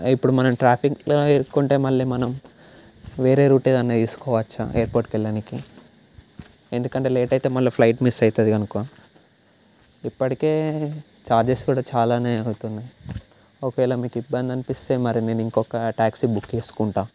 ఇప్పుడు మనం ట్రాఫిక్లో ఇరుక్కుంటే మళ్ళీ మనం వేరే రూట్ ఏదన్నా తీసుకోవచ్చా ఎయిర్పోర్ట్కి వెళ్ళనీకి ఎందుకంటే లేట్ అయితే మళ్ళా ఫ్లైట్ మిస్ అవుతుంది అనుకో ఇప్పడికే చార్జెస్ కూడా చాలానే అవుతున్నాయి ఒకవేళ మీకు ఇబ్బందనిపిస్తే మరి మేము ఇంకొక ట్యాక్సీ బుక్ చేసుకుంటా